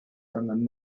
from